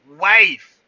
wife